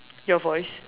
your voice